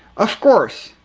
off course,